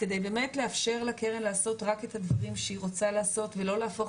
כדי באמת לאפשר לקרן לעשות רק את הדברים שהיא רוצה לעשות ולא להפוך